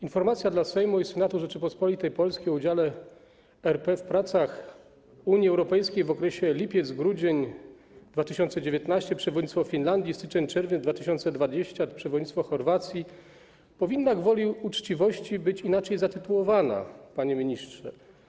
Informacja dla Sejmu i Senatu Rzeczypospolitej Polskiej o udziale RP w pracach Unii Europejskiej w okresie lipiec-grudzień 2019 (przewodnictwo Finlandii) i styczeń-czerwiec 2020 (przewodnictwo Chorwacji) powinna gwoli uczciwości być inaczej zatytułowana, panie ministrze.